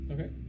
Okay